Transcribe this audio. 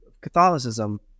Catholicism